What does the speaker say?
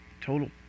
Total